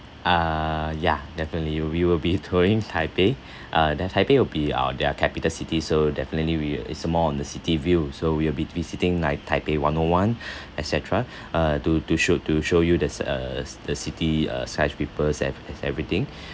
uh yeah definitely you we will be touring taipei uh that taipei will be uh their capital city so definitely we is more on the city view so we will be visiting like taipei one O one etcetera uh to to show to show you this uh the city uh skyscraper and everything